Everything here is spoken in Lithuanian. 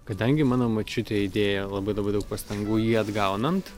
kadangi mano močiutė įdėjo labai labai daug pastangų jį atgaunant